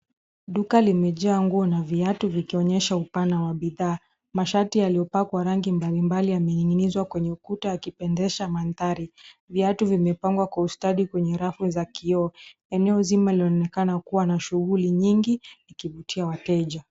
Duka limejaa nguo na viatu vikionyesha upana wa bidhaa. Mashati yaliyopakwa rangi mbalimbali yamening'inizwa kwenye ukuta yakipendesha manthari. Viatu vimepangwa kwa ustadi kwenye rafu za kioo. Eneo zima inaonekana kuwa na shughuli nyingi ikivutia wateja.